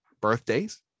Birthdays